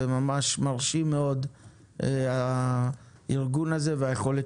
וממש מרשים מאוד הארגון הזה והיכולת